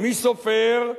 מי סופר?